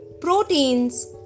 proteins